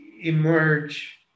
emerge